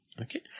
Okay